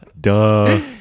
Duh